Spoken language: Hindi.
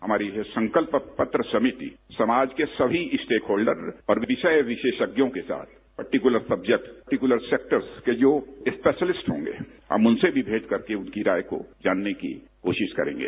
हमारी ये संकल्प पत्र समिति समाज के सभी स्टेक होल्डर्स और विषय विरोपज्ञों के साथ पर्टिक्लर सब्जेक्ट सतए पर्टिक्लर सेक्टहर्स के जो स्पेशलिस्ट होंगे हम उनसे भी भेंट करके उनकी राय को जानने की कोशिश करेंगे